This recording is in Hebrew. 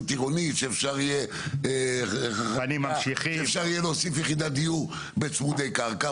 עירונית שאפשר יהיה להוסיף יחידת דיור בצמודי קרקע,